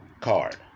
card